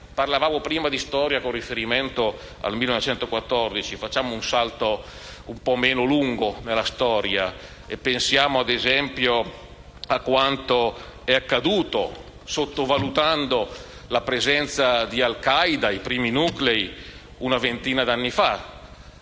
Parlavamo prima di storia con riferimento al 1914. Facciamo un salto un po' meno lungo nel passato e pensiamo - ad esempio - a quanto è accaduto, sottovalutando la presenza dei primi nuclei di al-Qaeda, una ventina di anni fa,